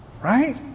right